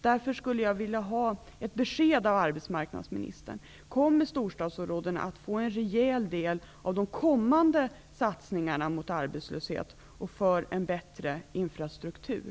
Därför skulle jag vilja ha ett besked av arbetsmarknadsministern: Kommer storstadsområdena att få en rejäl del av de kommande satsningarna mot arbetslöshet och för en bättre infrastruktur?